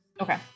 okay